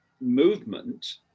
movement